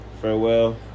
farewell